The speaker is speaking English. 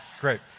Great